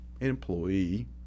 employee